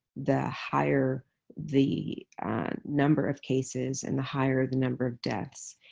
the higher the number of cases and the higher the number of deaths,